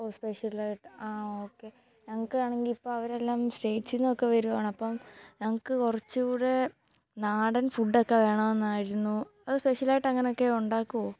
ഓ സ്പെഷ്യലായിട്ട് ആ ഓക്കേ ഞങ്ങള്ക്കാണെങ്കില് ഇപ്പോള് അവരെല്ലാം സ്റ്റേറ്റ്സ്സിന്നൊക്കെ വരുവാണ് അപ്പോള് ഞങ്ങള്ക്ക് കുറച്ചുകൂടെ നാടൻ ഫുഡൊക്കെ വേണമെന്നായിരുന്നു അത് സ്പെഷ്യലായിട്ട് അങ്ങനൊക്കെ ഉണ്ടാക്കുമോ